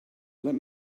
let